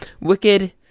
wicked